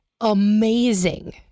amazing